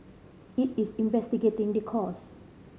it is investigating the cause